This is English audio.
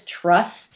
trust